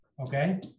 okay